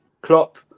Klopp